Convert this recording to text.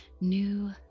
new